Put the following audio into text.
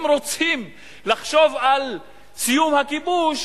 אם רוצים לחשוב על סיום הכיבוש,